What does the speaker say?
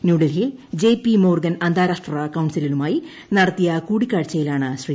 ന്യൂഡൽഹിയിൽ JP Morgan അന്താരാഷ്ട്ര കൌൺസിലുമായി നടത്തിയ കൂടിക്കാഴ്ചയിലാണ് ശ്രീ